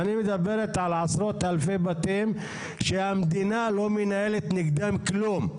ואני מדבר על עשרות אלפי בתים שהמדינה לא מנהלת נגדם כלום.